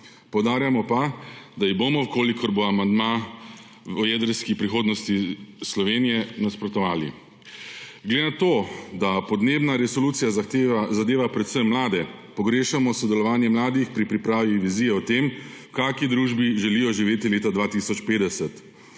Poudarjamo pa, da ji bomo, v kolikor bo amandma o jedrskih prihodnosti Slovenije, nasprotovali. Glede na to, da podnebna resolucija zadeva predvsem mlade, pogrešamo sodelovanje mladih pri pripravi vizije o tem, v kakšni družbi želijo živiti leta 2050.